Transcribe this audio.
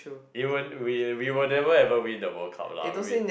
it won't we we will never ever win the World Cup lah we